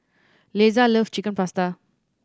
Lesa love Chicken Pasta